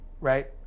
right